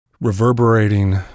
reverberating